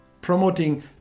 promoting